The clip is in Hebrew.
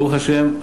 ברוך השם,